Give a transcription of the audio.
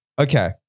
Okay